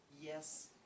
yes